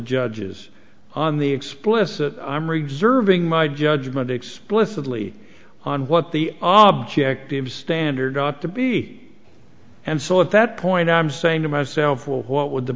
judges on the explicit i'm rigs erving my judgment explicitly on what the object of standard ought to be and so at that point i'm saying to myself well what would the